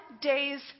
day's